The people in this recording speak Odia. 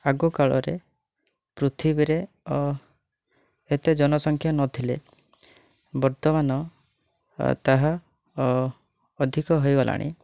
ଆଗ କାଳରେ ପୃଥିବୀରେ ଏତେ ଜନସଂଖ୍ୟା ନଥିଲେ ବର୍ତ୍ତମାନ ତାହା ଅଧିକ ହୋଇଗଲାଣି